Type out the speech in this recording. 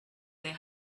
their